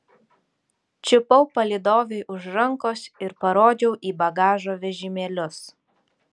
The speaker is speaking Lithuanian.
čiupau palydovei už rankos ir parodžiau į bagažo vežimėlius